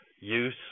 use